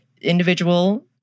individual